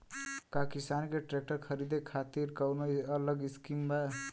का किसान के ट्रैक्टर खरीदे खातिर कौनो अलग स्किम बा?